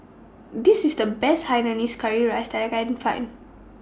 This IS The Best Hainanese Curry Rice that I Can Find